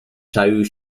czaił